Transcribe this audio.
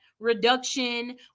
reduction